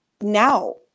now